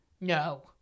No